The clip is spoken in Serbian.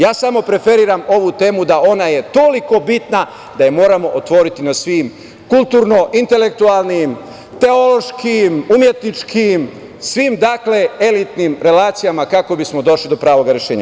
Ja samo preferiram ovu temu da je ona toliko bitna da je moramo otvoriti na svim kulturno, intelektualnim, teološkim, umetničkim, svim elitnim relacijama kako bismo došli do pravog rešenja.